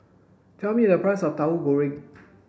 tell me the price of Tauhu Goreng